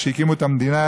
כשהקימו את המדינה,